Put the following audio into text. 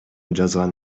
жазган